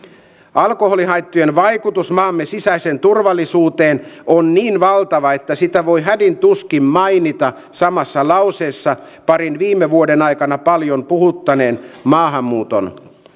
alkoholihaittojen vaikutus maamme sisäiseen turvallisuuteen on niin valtava että sitä voi hädin tuskin mainita samassa lauseessa parin viime vuoden aikana paljon puhuttaneen maahanmuuton